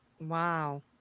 wow